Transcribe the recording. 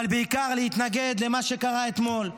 אבל בעיקר להתנגד למה שקרה אתמול.